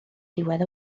diwedd